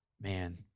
man